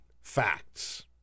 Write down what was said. facts